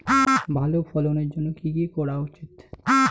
ভালো ফলনের জন্য কি কি করা উচিৎ?